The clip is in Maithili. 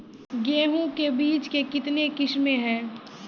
गेहूँ के बीज के कितने किसमें है?